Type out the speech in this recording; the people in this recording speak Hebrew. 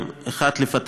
והם: 1. לפתח,